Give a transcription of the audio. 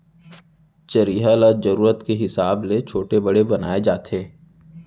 चरिहा ल जरूरत के हिसाब ले छोटे बड़े बनाए जाथे